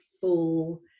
full